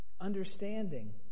understanding